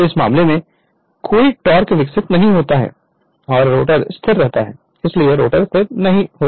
तो इस मामले में कोई टॉरक विकसित नहीं होता है और रोटर स्थिर रहता है इसलिए रोटर स्थिर नहीं होता है